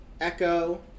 Echo